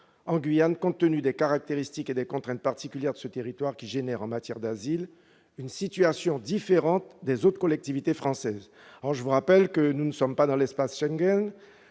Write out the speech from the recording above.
en Guyane, compte tenu des caractéristiques et des contraintes particulières de ce territoire, qui entraînent, en matière d'asile, une situation différente de celle des autres collectivités françaises. Je vous rappelle que la Guyane n'est pas dans l'espace Schengen